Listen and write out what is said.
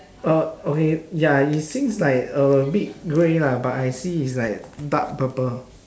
uh okay ya it seems like a bit grey lah but I see it's like dark purple